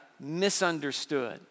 misunderstood